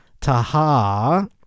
Taha